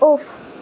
off